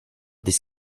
this